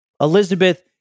Elizabeth